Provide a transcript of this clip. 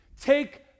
take